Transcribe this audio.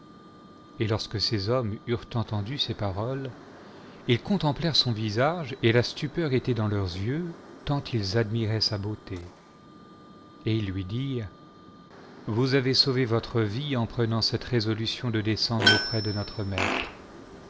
et lorsque ces horaraes eurent entendu ses paroles ils contemplèrent son visage et la stupeur était dans leurs yeux tant ils admiraient sa beauté et ils lui dirent vous avez sauvé votre vie en prenant cette résolution de descendre auprès de notre maître